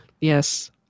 yes